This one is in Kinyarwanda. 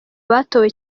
batowe